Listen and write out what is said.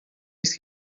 ایست